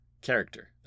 character